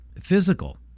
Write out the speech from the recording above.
physical